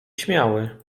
śmiały